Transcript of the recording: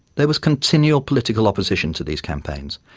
there was continual political opposition to these campaigns,